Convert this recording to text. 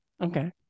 Okay